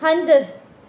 हंधु